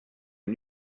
and